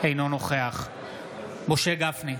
אינו נוכח משה גפני,